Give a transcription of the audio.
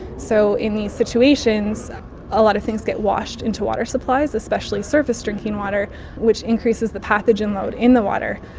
so in these situations a lot of things get washed into water supplies, especially surface drinking water which increases the pathogen load in the water.